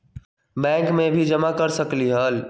Bank में भी जमा कर सकलीहल?